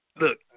look